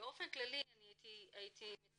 באופן כללי הייתי מציעה,